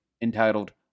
entitled